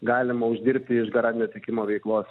galimo uždirbti iš garantinio tiekimo veiklos